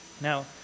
now